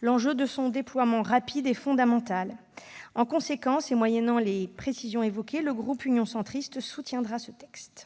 L'enjeu de son déploiement rapide est fondamental. En conséquence et moyennant les précisions évoquées, le groupe Union Centriste soutiendra ce texte.